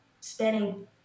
spending